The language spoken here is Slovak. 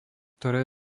ktoré